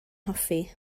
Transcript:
hoffi